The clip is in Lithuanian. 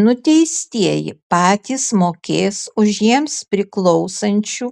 nuteistieji patys mokės už jiems priklausančių